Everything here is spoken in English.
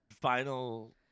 final